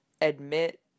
admit